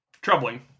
troubling